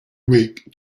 week